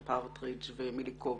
פרטרידג' ומיליקובסקי.